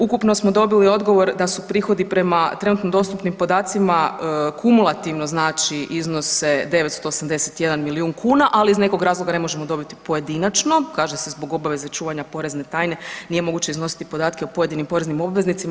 Ukupno smo dobili odgovor da su prihodi prema trenutno dostupnim podacima kumulativno znači iznose 981 milijun kuna, ali iz nekog razloga ne možemo dobiti pojedinačno, zbog obaveze čuvanja porezne tajne nije moguće iznositi podatke o pojedinim poreznim obveznicima.